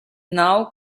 now